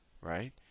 right